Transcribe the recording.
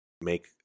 make